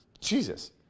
Jesus